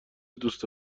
دوست